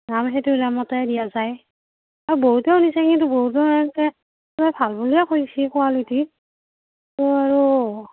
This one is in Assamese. দাম সেইটো দামতে দিয়া যায় আৰু বহুতেও নিছে কিন্তু বহুতে এনেকে ভাল বুলিয়ে কৈছে কোৱালিটি আৰু